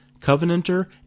Covenanter